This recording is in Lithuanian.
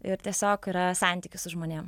ir tiesiog yra santykis su žmonėm